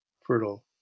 fertile